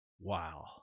Wow